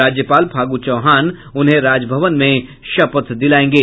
राज्यपाल फागू चौहान उन्हें राजभवन में शपथ दिलायेंगे